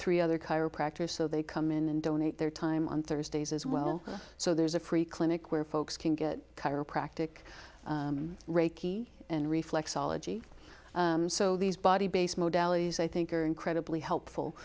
three other chiropractors so they come in and donate their time on thursdays as well so there's a free clinic where folks can get chiropractic reiki and reflexology so these body based modellers i think are incredibly helpful